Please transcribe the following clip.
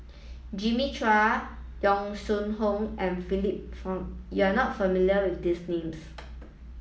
Jimmy Chua Yong Shu Hoong and Philip you are not familiar with these names